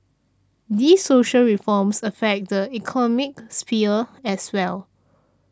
these social reforms affect the economic sphere as well